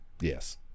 Yes